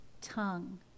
tongue